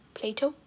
Plato